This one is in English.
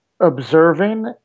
observing